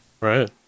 right